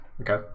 Okay